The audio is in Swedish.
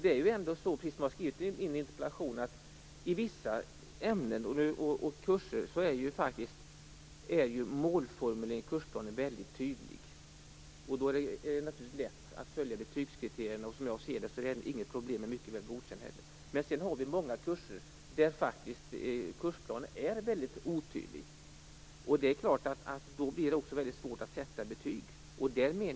I min interpellation skriver jag att för vissa ämnen och kurser är målformuleringen i kursplanen väldigt tydlig. Då är det naturligtvis lätt att följa betygskriterierna. Som jag ser saken är det då inte något problem med Mycket väl godkänd. För många kurser är emellertid kursplanen väldigt otydlig. Då blir det svårt att sätta betyg.